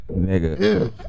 nigga